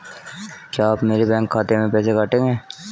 क्या आप मेरे बैंक खाते से पैसे काटेंगे?